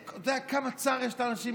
אתה יודע כמה צער יש לאנשים?